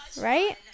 right